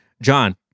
john